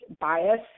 bias